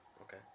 Okay